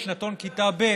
בשנתון כיתה ב',